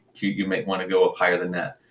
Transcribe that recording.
you might want to go ah higher than that.